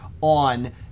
on